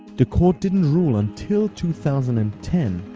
the court didn't rule until two thousand and ten,